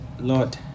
Lord